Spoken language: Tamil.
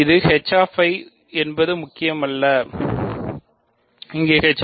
11 என்பது 0 இது 0